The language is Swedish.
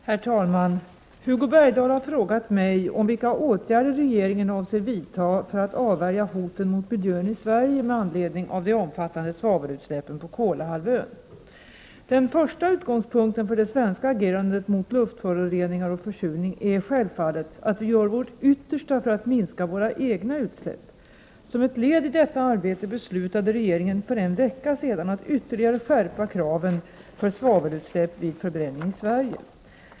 Herr talman! Hugo Bergdahl har frågat mig om vilka åtgärder regeringen avser vidta för att avvärja hoten mot miljön i Sverige med anledning av de omfattande svavelutsläppen på Kolahalvön. Den första utgångspunkten för det svenska agerandet mot luftföroreningar och försurning är självfallet att vi gör vårt yttersta för att minska våra egna utsläpp. Som ett led i detta arbete beslutade regeringen för en vecka sedan att ytterligare skärpa kraven för svavelutsläpp vid förbränning i Sverige.